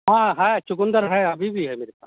हँ है चुकुंदर है अभी भी है मेरे पास